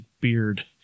beard